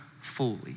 fully